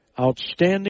outstanding